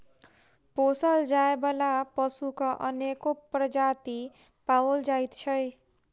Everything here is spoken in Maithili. पोसल जाय बला पशुक अनेक प्रजाति पाओल जाइत छै